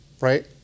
right